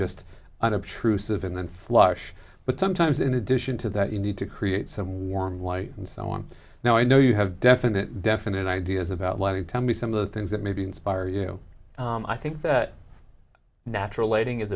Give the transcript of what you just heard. just unobtrusive and then flush but sometimes in addition to that you need to create some warm light and so on now i know you have definite definite ideas about lighting tell me some of the things that maybe inspire you i think that natural lighting is